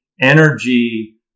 energy